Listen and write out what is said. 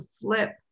flip